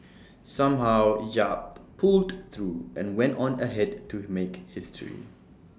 somehow yap pulled through and went on ahead to make history